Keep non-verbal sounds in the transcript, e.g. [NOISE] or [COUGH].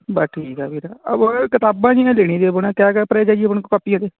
ਬਸ ਠੀਕ ਆ ਵੀਰ ਕਿਤਾਬਾਂ ਜੀ ਨੇ ਦੇਣੀ ਸੀ ਆਪਣਾ ਕਿਆ [UNINTELLIGIBLE] ਕਾਪੀਆਂ ਦੇ